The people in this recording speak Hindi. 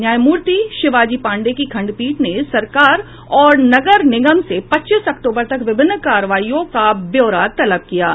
न्यायमूर्ति शिवाजी पांडेय की खंडपीठ ने सरकार और नगर निगम से पच्चीस अक्टूबर तक विभिन्न कार्रवाईयों का ब्यौरा तलब किया है